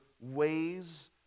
ways